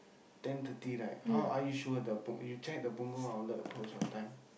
ten thirty right how are you sure the P~ you check the Punggol outlet close what time